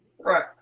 Right